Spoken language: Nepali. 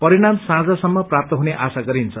परिणाम साँझसम्म प्राप्त हुने आशा गरिन्छ